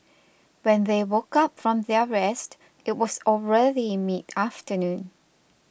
when they woke up from their rest it was already midafternoon